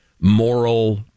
moral